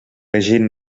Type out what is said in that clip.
agent